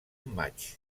match